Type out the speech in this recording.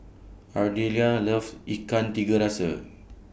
Ardelia loves Ikan Tiga Rasa